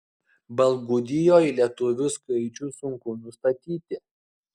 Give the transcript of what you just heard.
baltgudijoj lietuvių skaičių sunku nustatyti